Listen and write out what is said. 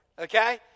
okay